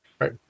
Right